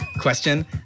question